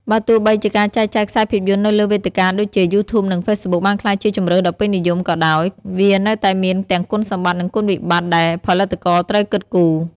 បើទោះបីជាការចែកចាយខ្សែភាពយន្តនៅលើវេទិកាដូចជា យូធូប និង ហ្វេសប៊ុកបានក្លាយជាជម្រើសដ៏ពេញនិយមក៏ដោយ វានៅតែមានទាំងគុណសម្បត្តិនិងគុណវិបត្តិដែលផលិតករត្រូវគិតគូរ។